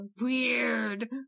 weird